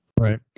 Right